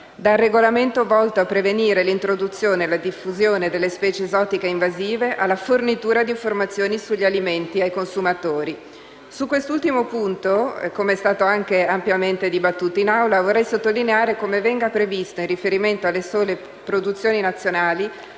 dal regolamento volto a prevenire l'introduzione e la diffusione delle specie esotiche invasive, alla fornitura di informazioni sugli alimenti ai consumatori. Su quest'ultimo punto, com'è stato anche ampiamente dibattuto in Assemblea, vorrei sottolineare come venga previsto, in riferimento alle sole produzioni nazionali,